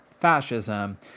Fascism